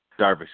Darvish